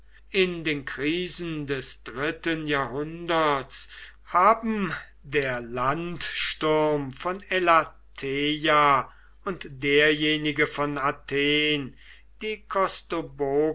in den krisen des dritten jahrhunderts haben der landsturm von elateia und derjenige von athen die